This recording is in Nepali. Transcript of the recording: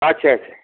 अच्छा अच्छा